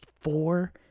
four